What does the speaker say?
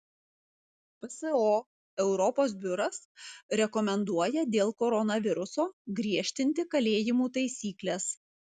pso europos biuras rekomenduoja dėl koronaviruso griežtinti kalėjimų taisykles